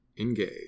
engage